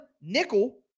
nickel